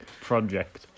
Project